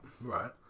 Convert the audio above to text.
Right